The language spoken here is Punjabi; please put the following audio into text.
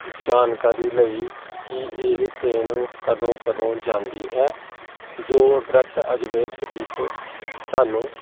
ਜਾਣਕਾਰੀ ਲਈ ਕਿ ਇਹ ਟ੍ਰੇਨ ਕਦੋਂ ਕਦੋਂ ਜਾਂਦੀ ਹੈ ਜੋ ਡਾਇਰੈਕਟ ਅਜਮੇਰ ਸ਼ਰੀਫ ਸਾਨੂੰ